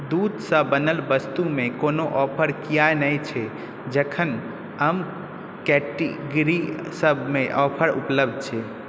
दूधसँ बनल वस्तुमे कोनो ऑफर किएक नहि छै जखन आन कैटेगरीसभमे ऑफर उपलब्ध छै